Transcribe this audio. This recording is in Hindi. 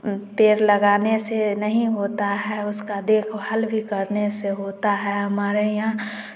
पेड़ लगाने से नहीं होता है उसका देखभाल भी करने से होता है हमारे यहाँ